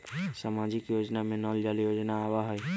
सामाजिक योजना में नल जल योजना आवहई?